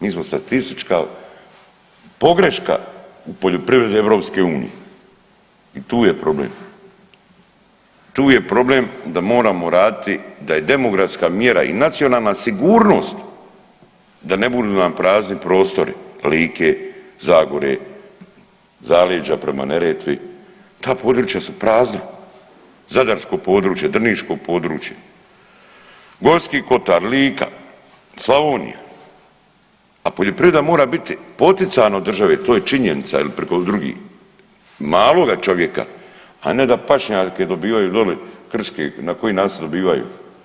Mi smo statistička pogreška u poljoprivredi EU i tu je problem, tu je problem da moramo raditi da je demografska mjera i nacionalna sigurnost da ne budu nam prazni prostori Like, Zagore, Zaleđa prema Neretvi, ta područja su prazna, zadarsko područje, drniško područje, Gorski kotar, Lika, Slavonija, a poljoprivreda mora biti poticana od države to je činjenica ili preko drugi, maloga čovjeka, a ne da pašnjake dobivaju doli krške na koji način se dobiva.